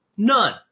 None